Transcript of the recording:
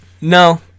No